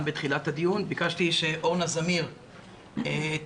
בתחילת הדיון וביקשתי שארנה זמיר תשתתף